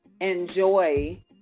enjoy